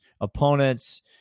opponents